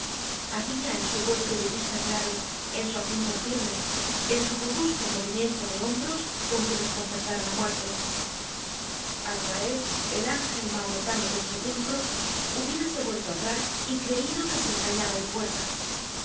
habia en su golpe de vista claro en su acento firme en su robusto movimiento de hombros con que desconcertar á la muerte azrael el ángel mahometano del sepulcro hubiérase vuelto atrás y creido que se engañaba de puerta